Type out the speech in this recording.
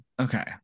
Okay